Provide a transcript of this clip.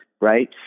right